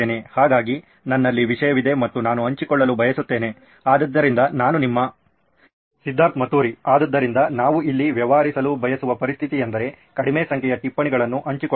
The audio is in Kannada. ಹಾಗಾಗಿ ನನ್ನಲ್ಲಿ ವಿಷಯವಿದೆ ಮತ್ತು ನಾನು ಹಂಚಿಕೊಳ್ಳಲು ಬಯಸುತ್ತೇನೆ ಆದ್ದರಿಂದ ನಾನು ನಿಮ್ಮ ಸಿದ್ಧಾರ್ಥ್ ಮತುರಿ ಆದ್ದರಿಂದ ನಾವು ಇಲ್ಲಿ ವ್ಯವಹರಿಸಲು ಬಯಸುವ ಪರಿಸ್ಥಿತಿ ಎಂದರೆ ಕಡಿಮೆ ಸಂಖ್ಯೆಯ ಟಿಪ್ಪಣಿಗಳನ್ನು ಹಂಚಿಕೊಳ್ಳುವುದು